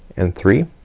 and three.